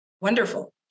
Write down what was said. Wonderful